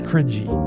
Cringy